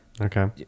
okay